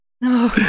no